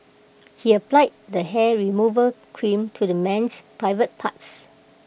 he applied the hair removal cream to the man's private parts